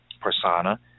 persona